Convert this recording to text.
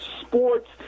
sports